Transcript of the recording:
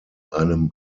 einem